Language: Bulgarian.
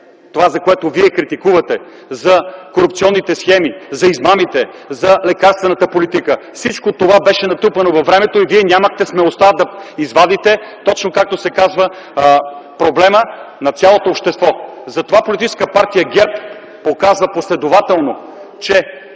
Това, за което Вие днес критикувате – за корупционните схеми, за измамите, за лекарствената политика, всичко това беше натрупано във времето и Вие нямахте смелостта да извадите, точно както се казва, проблема на цялото общество! Затова политическа партия ГЕРБ показва последователно, че